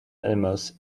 animals